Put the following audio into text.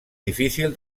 difícil